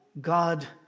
God